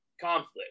conflict